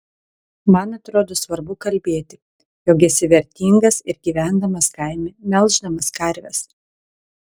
man atrodo svarbu kalbėti jog esi vertingas ir gyvendamas kaime melždamas karves